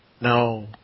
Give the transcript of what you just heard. No